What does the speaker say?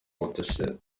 watershed